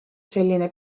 selline